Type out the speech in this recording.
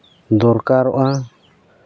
ᱫᱚᱨᱠᱟᱨᱚᱜᱼᱟ